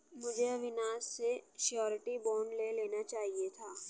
मुझे अविनाश से surety bond ले लेना चाहिए था